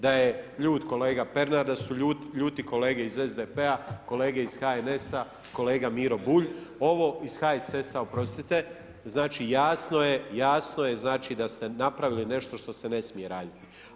Da je ljut kolega Pernar, da su ljuti kolege iz SDP-a, kolege iz HNS-a, kolega Miro Bulj, ovo iz HSS-a oprostite, znači jasno je da ste napravili nešto što se ne smije raditi.